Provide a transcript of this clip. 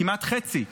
כמעט חצי.